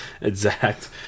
exact